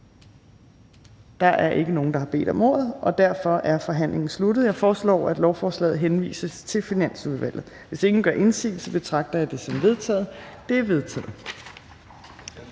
Der er ikke nogen, der har bedt om ordet, og derfor er forhandlingen sluttet. Jeg foreslår, at lovforslaget henvises til Finansudvalget. Hvis ingen gør indsigelse, betragter jeg dette som vedtaget. Det er vedtaget.